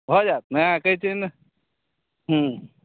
भऽ जायत ने कहैत छे जे हँ